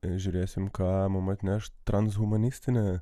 žiūrėsim ką mums atneš transhumanistinė